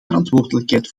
verantwoordelijkheid